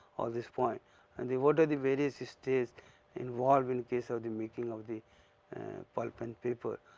these point and the what are the various stage involve in case of the making of the pulp and paper.